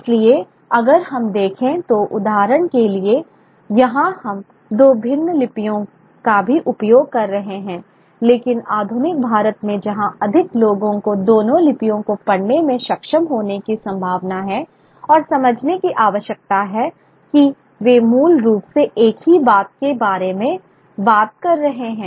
इसलिए अगर हम देखें तो उदाहरण के लिए यहाँ हम दो भिन्न लिपियों का भी उपयोग कर रहे हैं लेकिन आधुनिक भारत में जहाँ अधिक लोगों को दोनों लिपियों को पढ़ने में सक्षम होने की संभावना है और समझने की आवश्यकता है कि वे मूल रूप से एक ही बात के बारे में बात कर रहे हैं